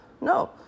No